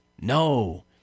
No